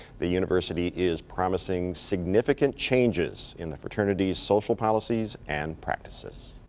the university is promising significant changes in the fraternity's social policies and practices.